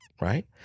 Right